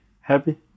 happy